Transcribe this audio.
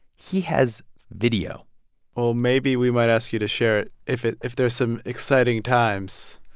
he has video well, maybe we might ask you to share it if it if there's some exciting times